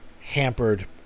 hampered